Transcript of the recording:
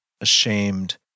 ashamed